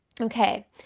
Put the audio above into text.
okay